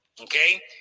okay